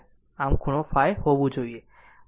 આમ ખૂણો ϕ હોવું જોઈએ